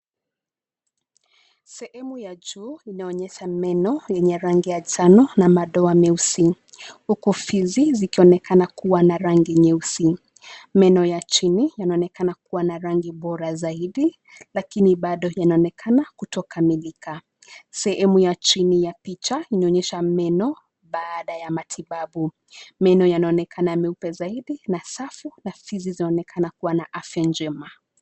Sehemu ya juu inaonyesha meno yenye rangi ya njano na madoa meusi, huku fizi zikionekana kuwa na rangi nyeusi. Meno ya chini yanaonekana kuwa na rangi bora zaidi lakini baado yanaonekana kutokamilika. Sehemu ya chini ya picha inaonyesha meno baada ya matibabu, meno yanaonekana meupe zaidi na safi na fizi zinaonekana kuwa na afya njema.